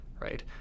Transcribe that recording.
right